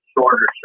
shorter